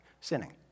sinning